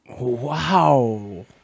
Wow